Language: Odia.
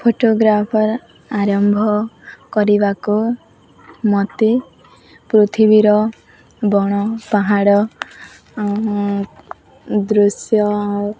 ଫଟୋଗ୍ରାଫର୍ ଆରମ୍ଭ କରିବାକୁ ମୋତେ ପୃଥିବୀର ବଣ ପାହାଡ଼ ଦୃଶ୍ୟ